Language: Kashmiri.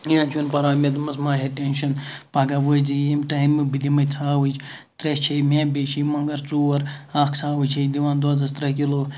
کینٛہہ چھُنہ پَرواے مےٚ دوپمَس مَہ ہےٚ ٹینشَن پَگاہ وٲتۍزِ ییٚمہِ ٹایمہٕ بہٕ دِمے ژھاوٕج ترے چھے مےٚ بییٚہِ چھِے مۄنٛگَر ژور اکھ ژھاوٕج چھے دِوان دۄدَس ترے کِلوٗ